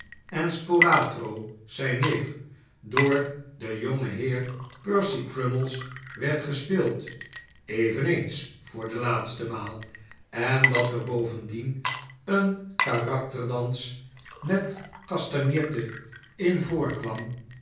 en spolatro zijn neef door den jongenheer percy crummies werd gespeeld eveneens voor de laatste maal en dat er bovendien een karakterdans met vooruitzichten van de fa mil ie crummles castagnetten in voorkwam